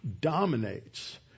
dominates